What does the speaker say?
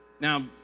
Now